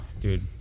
Dude